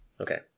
Okay